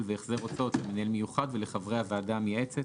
והחזר הוצאות למנהל המיוחד ולחברי הוועדה המייעצת,